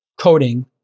coding